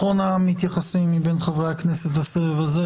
אחרון המתייחסים מבין חברי הכנסת בסבב הזה,